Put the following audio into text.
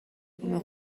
بوم